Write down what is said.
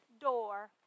door